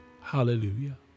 Hallelujah